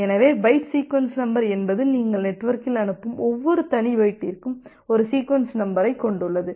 எனவே byte sequence number என்பது நீங்கள் நெட்வொர்க்கில் அனுப்பும் ஒவ்வொரு தனி பைட்டிற்கும் ஒரு சீக்வென்ஸ் நம்பரைக் கொண்டுள்ளது